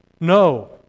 no